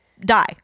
die